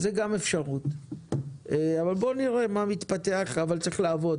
זאת גם אפשרות, אבל צריך לעבוד.